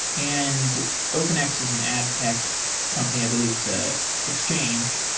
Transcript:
and openx is an adtech company i believe to exchange.